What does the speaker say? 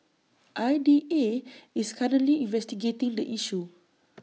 I D A is currently investigating the issue